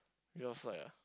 your side ah